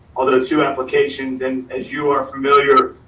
although two applications and as you are familiar,